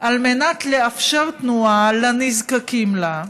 על מנת לאפשר תנועה לנזקקים לה.